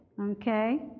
okay